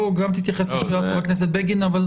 תתייחס גם לשאלת חבר הכנסת בגין.